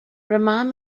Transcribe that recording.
remind